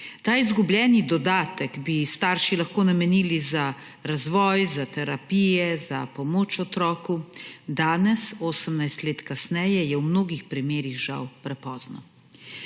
Ta izgubljeni dodatek bi starši lahko namenili za razvoj, za terapije, za pomoč otroku, danes, 18 let kasneje, je v mnogo primerih žal prepozno.